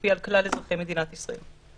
שמשפיע על כלל אזרחי מדינת ישראל.